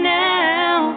now